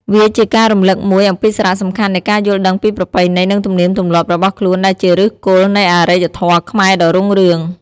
វាជាការរំលឹកមួយអំពីសារៈសំខាន់នៃការយល់ដឹងពីប្រពៃណី និងទំនៀមទម្លាប់របស់ខ្លួន ដែលជាឫសគល់នៃអរិយធម៌ខ្មែរដ៏រុងរឿង។